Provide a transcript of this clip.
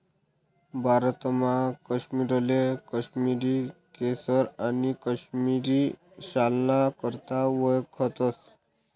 भारतमा काश्मीरले काश्मिरी केसर आणि काश्मिरी शालना करता वयखतस